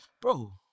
Bro